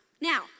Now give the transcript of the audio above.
Now